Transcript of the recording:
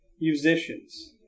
musicians